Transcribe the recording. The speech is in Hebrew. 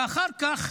ואחר כך,